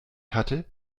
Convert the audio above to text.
hatte